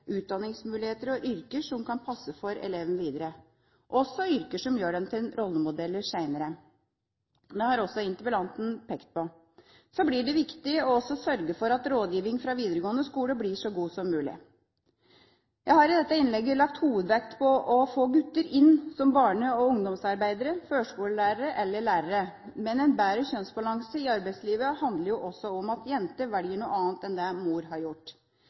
utdanningsmuligheter og yrker som kan passe for eleven videre, også yrker som gjør dem til rollemodeller senere. Det har også interpellanten pekt på. Så blir det også viktig å sørge for at rådgivning fra videregående skole blir så god som mulig. Jeg har i dette innlegget lagt hovedvekt på å få gutter inn som barne- og ungdomsarbeidere, førskolelærere eller lærere. Men en bedre kjønnsbalanse i arbeidslivet handler også om at jenter velger noe annet enn det mor har gjort.